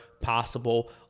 possible